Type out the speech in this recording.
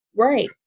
right